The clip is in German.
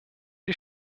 die